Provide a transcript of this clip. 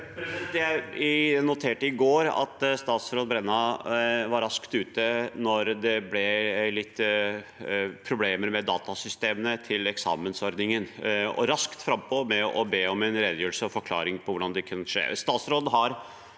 Jeg noterte i går at stats- råd Brenna var raskt ute da det ble litt problemer med datasystemene til eksamensordningen, og at hun var raskt frampå med å be om en redegjørelse og forklaring på hvordan det kunne skje.